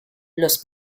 los